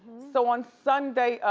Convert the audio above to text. so on sunday,